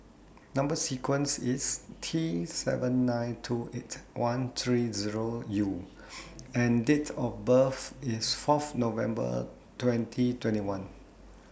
Number sequence IS T seven nine two eight one three Zero U and Date of birth IS Fourth November twenty twenty one